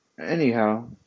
Anyhow